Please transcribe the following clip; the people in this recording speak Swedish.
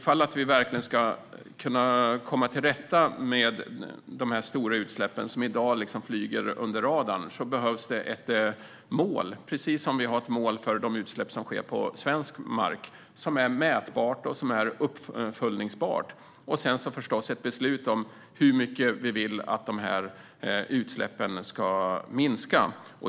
Ska vi kunna komma till rätta med de stora utsläpp som i dag flyger under radarn behövs det ett mål som är mätbart och uppföljningsbart, precis som vi har ett mål för de utsläpp som sker på svensk mark. Vi behöver förstås också ett beslut om hur mycket vi vill att dessa utsläpp ska minska.